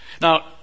Now